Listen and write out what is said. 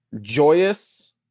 joyous